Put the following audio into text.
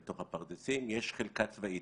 בתוך הפרדסים יש חלקה צבאית.